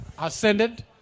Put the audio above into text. ascended